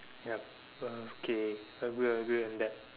ya okay agree agree on that